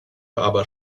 aber